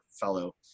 fellow